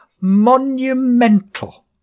monumental